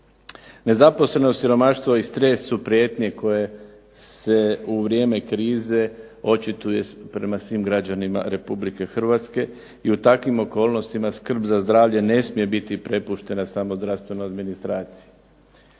Nezaposlenost, siromaštvo i stres su prijetnje koje se u vrijeme krize očituje prema svim građanima Republike Hrvatske i u takvim okolnostima skrb za zdravlje ne smije biti prepuštena samo zdravstvenoj organizaciji.